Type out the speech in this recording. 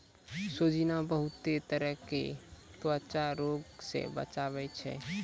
सोजीना बहुते तरह के त्वचा रोग से बचावै छै